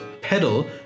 pedal